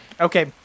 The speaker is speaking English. Okay